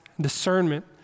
discernment